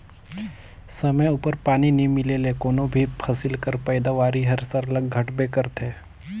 समे उपर पानी नी मिले ले कोनो भी फसिल कर पएदावारी हर सरलग घटबे करथे